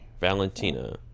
Valentina